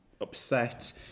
upset